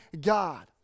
God